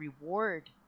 reward